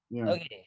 Okay